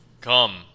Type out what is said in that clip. Come